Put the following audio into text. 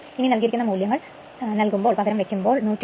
ഇനി നൽകിയിരിക്കുന്ന മൂല്യങ്ങൾ നല്കുമ്പോൾ 120 f50 hertz and P6 Paul's